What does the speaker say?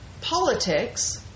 politics